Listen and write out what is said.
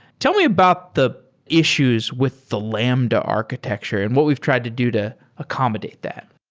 tell me about the issues with the lambda architecture and what we've tried to do to accommodate that.